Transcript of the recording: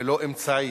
ולא אמצעי.